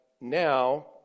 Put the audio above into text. now